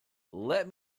let